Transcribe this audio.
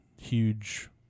huge